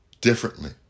differently